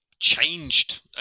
changed